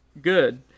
good